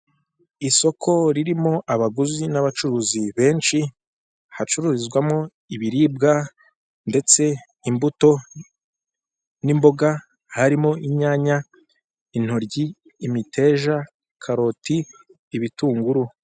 Isoko ririmo abaguzi n'abacuruzi benshi hacururizwamo ibiribwa ndetse imbuto n'imboga, harimo inyanya, intoryi, imiteja, karoti, ibitunguru.